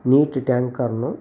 నీటి ట్యాంకర్ను